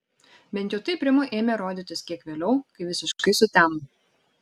bent jau taip rimui ėmė rodytis kiek vėliau kai visiškai sutemo